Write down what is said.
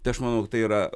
tai aš manau kad tai yra